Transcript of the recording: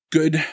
good